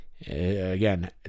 Again